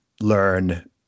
learn